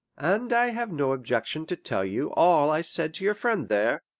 and i have no objection to tell you all i said to your friend there.